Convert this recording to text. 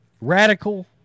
radical